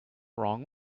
wrong